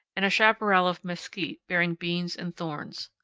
and a chaparral of mesquite bearing beans and thorns.